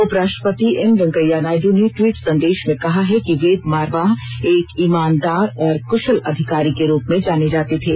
उपराष्ट्रपति एम वैंकेया नायडू ने टवीट संदेश में कहा है कि वेद मारवाह एक ईमानदार और कुशल अधिकारी के रूप में जाने जाते थे